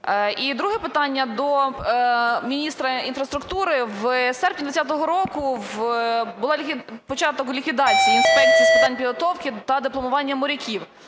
І друге питання до міністра інфраструктури. В серпні 20-го року був початок ліквідації Інспекції з питань підготовки та дипломування моряків.